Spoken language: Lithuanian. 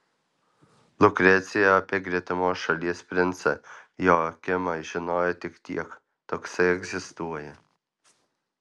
lukrecija apie gretimos šalies princą joakimą žinojo tik tiek toksai egzistuoja